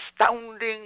astounding